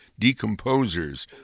Decomposers